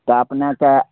तऽ अपने तऽ